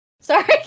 Sorry